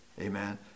Amen